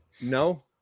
No